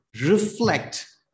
reflect